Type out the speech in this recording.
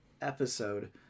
episode